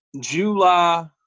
July